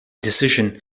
decision